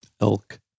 Elk